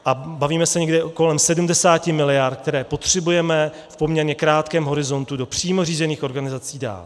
A bavíme se někde kolem 70 miliard, které potřebujeme v poměrně krátkém horizontu do přímo řízených organizací dát.